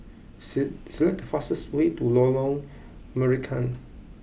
select the fastest way to Lorong Marican